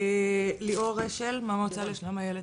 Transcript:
ליאור אשל מהמועצה לשלום הילד.